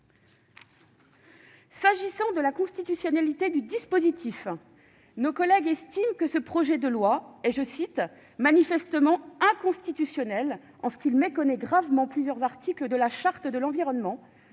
S'agissant de la constitutionnalité du dispositif, nos collègues estiment que ce projet de loi est « manifestement inconstitutionnel en ce qu'il méconnaît gravement plusieurs articles de la Charte de l'environnement,